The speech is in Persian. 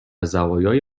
زوایای